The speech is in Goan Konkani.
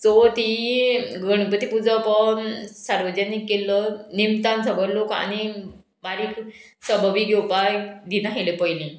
चवथ ही गणपती पुजप हो सार्वजनीक केल्लो निमतान सोगळे लोक आनी बारीक सभ बी घेवपाक दिना आयले पयलीं